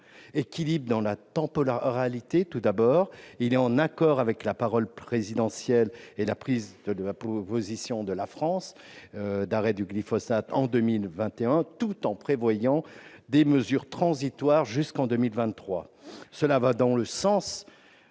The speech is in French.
Équilibre dans la temporalité, tout d'abord : elle est en accord avec la parole présidentielle et la prise de position de la France sur l'arrêt de l'utilisation du glyphosate en 2021, tout en prévoyant des mesures transitoires jusqu'en 2023. Cela va dans le sens